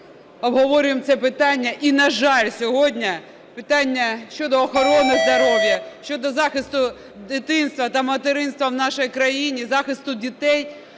обговорюємо це питання і, на жаль, сьогодні питання щодо охорони здоров'я, щодо захисту дитинства та материнства в нашій країні, захисту дітей,